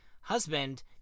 husband